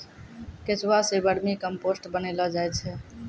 केंचुआ सें vermicompost बनैलो जाय छै